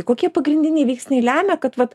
kokie pagrindiniai veiksniai lemia kad vat